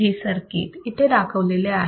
हे सर्किटस इथे दाखवलेले आहेत